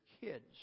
kids